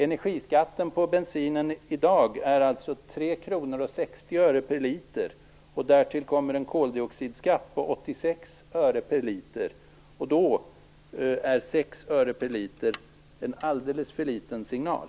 Energiskatten på bensin är i dag 3:60 kr per liter, och därtill kommer en koldioxidskatt på 86 öre per liter. Då är 6 öre per liter en alldeles för liten signal.